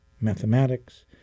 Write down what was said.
mathematics